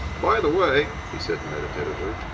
by the way, he said, meditatively,